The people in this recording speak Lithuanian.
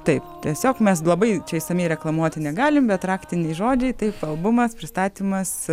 taip tiesiog mes labai išsamiai reklamuoti negalim bet raktinį žodį taip albumas pristatymas